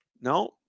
No